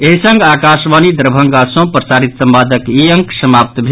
एहि संग आकाशवाणी दरभंगा सँ प्रसारित संवादक ई अंक समाप्त भेल